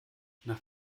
nach